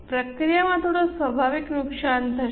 પ્રક્રિયામાં થોડો સ્વાભાવિક નુકસાન થશે